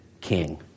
king